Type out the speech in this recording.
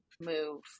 move